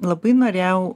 labai norėjau